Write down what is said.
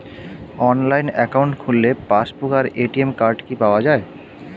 Online account খুললে passbook আর ATM card কি পাওয়া যায়?